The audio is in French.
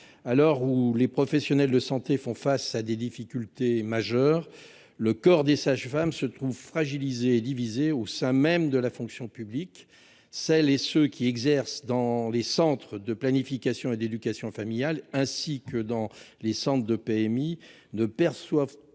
l'heure où les professions de santé font face à des difficultés majeures, le corps des sages-femmes se retrouve fragilisé et divisé au sein même de la fonction publique. Celles et ceux qui exercent dans les centres de planification et d'éducation familiale et les centres de PMI ne perçoivent